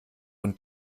und